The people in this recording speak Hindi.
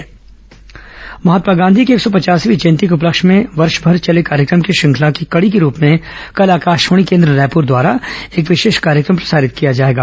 विशेष कार्यक्रम महात्मा गांधी की एक सौ पचासवीं जयंती के उपलक्ष्य में वर्ष भर चले कार्यक्रम की श्रृंखला की कड़ी की रूप में कल आकशवाणी केन्द्र रायपुर द्वारा एक विशेष कार्यक्रम प्रसारित किया जाएगा